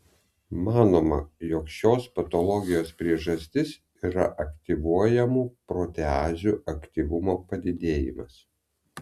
manoma jog šios patologijos priežastis yra aktyvuojamų proteazių aktyvumo padidėjimas